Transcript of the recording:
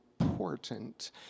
important